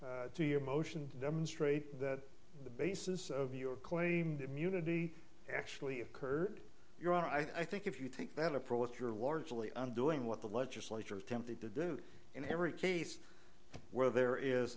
to your motion to demonstrate that the basis of your claimed immunity actually occurred your honor i think if you take that approach you're largely undoing what the legislature attempted to do in every case where there is